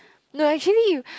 no actually you